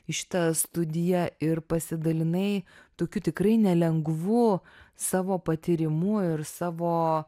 į šitą studiją ir pasidalinai tokiu tikrai nelengvu savo patyrimu ir savo